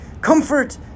Comfort